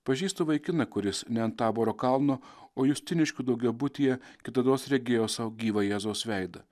pažįstu vaikiną kuris ne ant taboro kalno o justiniškių daugiabutyje kitados regėjo sau gyvą jėzaus veidą